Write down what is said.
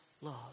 love